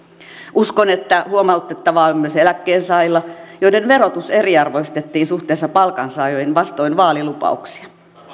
uskon että huomautettavaa on myös eläkkeensaajilla joiden verotus eriarvoistettiin suhteessa palkansaajiin vastoin vaalilupauksia